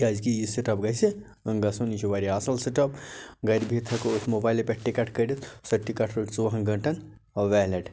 کیٛازِ کہِ یہِ سِٹپ گَژھِ گَژھُن یہِ چھُ واریاہ اَصٕل سِٹَپ گرِ بِہتھ ہٮ۪کو أسۍ موبایلہٕ پٮ۪ٹھ ٹِکٹ کٔڑِتھ سۄ ٹِکٹ ژۆوُہن گٲنٹَن ویلِڈ